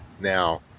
Now